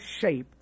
shaped